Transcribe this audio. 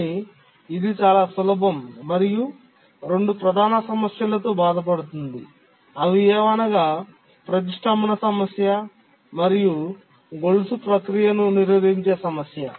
కానీ ఇది చాలా సులభం మరియు ఇది రెండు ప్రధాన సమస్యలతో బాధపడుతోంది అవి ఏవనగా ప్రతిష్ఠంభన సమస్య మరియు గొలుసు ప్రక్రియ ను నిరోధించే సమస్య